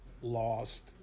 lost